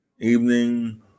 evening